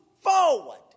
forward